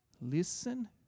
Listen